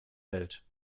welt